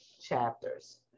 chapters